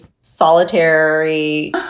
solitary